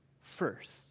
first